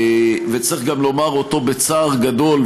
וצריך גם לומר אותו בצער גדול,